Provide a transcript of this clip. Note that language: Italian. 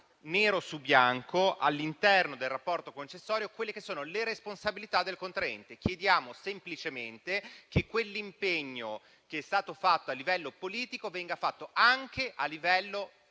nero su bianco all'interno del rapporto concessorio quelle che sono le responsabilità del contraente. Chiediamo semplicemente che l'impegno assunto a livello politico venga assunto anche a livello tecnico